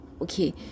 Okay